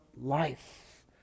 life